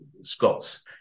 Scots